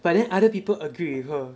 but then other people agree with her